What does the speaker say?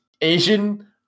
Asian